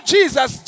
Jesus